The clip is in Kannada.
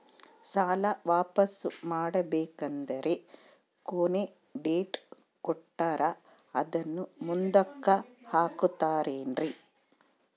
ಸಾಲ ವಾಪಾಸ್ಸು ಮಾಡಬೇಕಂದರೆ ಕೊನಿ ಡೇಟ್ ಕೊಟ್ಟಾರ ಅದನ್ನು ಮುಂದುಕ್ಕ ಹಾಕುತ್ತಾರೇನ್ರಿ?